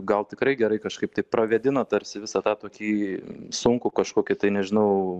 gal tikrai gerai kažkaip tai pravėdina tarsi visą tą tokį sunkų kažkokį tai nežinau